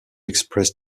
express